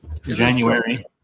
January